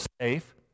safe